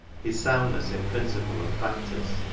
his soundness in principle and practice,